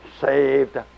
saved